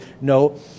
no